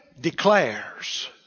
declares